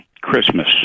Christmas